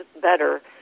better